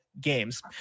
GAMES